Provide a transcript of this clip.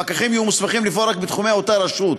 הפקחים יהיו מוסמכים לפעול רק בתחומי אותה רשות.